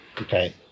Okay